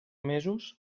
mesos